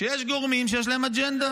יש גורמים שיש להם אג'נדה.